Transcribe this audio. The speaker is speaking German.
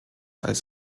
als